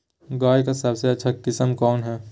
गाय का सबसे अच्छा किस्म कौन हैं?